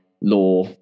law